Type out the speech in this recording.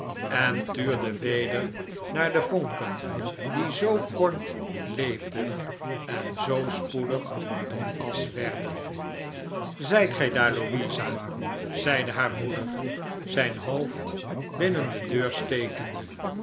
en tuurde weder naar de vonken die zoo kort leefden en zoo spoedig tot asch werden zijt gij daar louisa zeide haar breeder zijn hoofd binnen de deur stekende